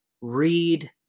Read